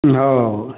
हओ